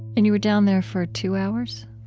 and you were down there for two hours?